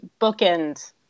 bookend